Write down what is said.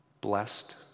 Blessed